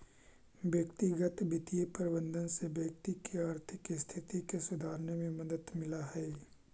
व्यक्तिगत वित्तीय प्रबंधन से व्यक्ति के आर्थिक स्थिति के सुधारने में मदद मिलऽ हइ